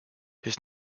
his